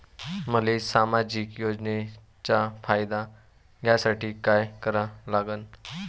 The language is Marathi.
मले सामाजिक योजनेचा फायदा घ्यासाठी काय करा लागन?